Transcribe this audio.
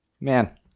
Man